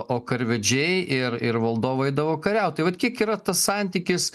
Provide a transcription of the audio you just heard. o karvedžiai ir ir valdovai eidavo kariaut tai vat kiek yra tas santykis